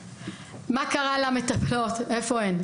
מה קרה למטפלות, איפה הן?